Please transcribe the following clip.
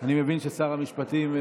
אני מבין ששר המשפטים,